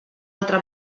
altra